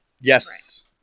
Yes